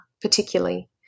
particularly